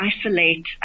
isolate